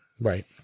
Right